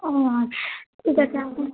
ও আচ্ছা ঠিক আছে আপনি